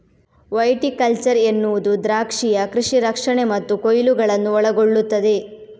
viticulture ಎನ್ನುವುದು ದ್ರಾಕ್ಷಿಯ ಕೃಷಿ ರಕ್ಷಣೆ ಮತ್ತು ಕೊಯ್ಲುಗಳನ್ನು ಒಳಗೊಳ್ಳುತ್ತದೆ